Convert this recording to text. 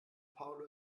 paulo